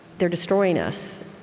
they're destroying us.